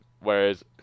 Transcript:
Whereas